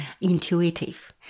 intuitive